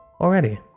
Already